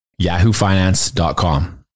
yahoofinance.com